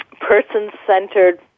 person-centered